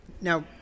Now